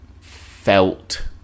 felt